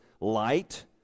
light